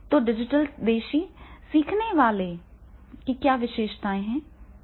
तो डिजिटल देशी सीखने वालों की क्या विशेषताएं हैं जो हम देखेंगे